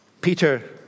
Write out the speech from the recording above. Peter